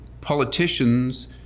politicians